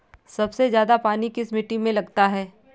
सबसे ज्यादा पानी किस मिट्टी में लगता है?